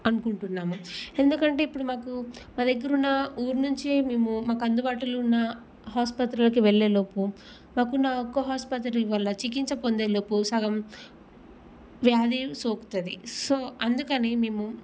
అనుకుంటున్నాము ఎందుకంటే ఇప్పుడు మాకు మా దగ్గర ఉన్న ఊరు నుంచి మేము మాకందుబాటులో ఉన్న హాస్పత్రులకు వెళ్ళేలోపు మాకున్న ఆ ఒక్క హాసుపత్రి వల్ల చికిత్స పొందేలోపు సగం వ్యాధి సోకుతుంది సో అందుకని మేము